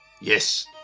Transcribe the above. Yes